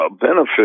benefit